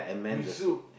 with soup